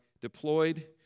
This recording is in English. deployed